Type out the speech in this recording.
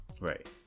right